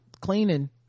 cleaning